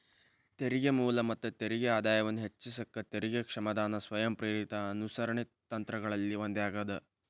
ತೆರಿಗೆ ಮೂಲ ಮತ್ತ ತೆರಿಗೆ ಆದಾಯವನ್ನ ಹೆಚ್ಚಿಸಕ ತೆರಿಗೆ ಕ್ಷಮಾದಾನ ಸ್ವಯಂಪ್ರೇರಿತ ಅನುಸರಣೆ ತಂತ್ರಗಳಲ್ಲಿ ಒಂದಾಗ್ಯದ